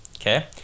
okay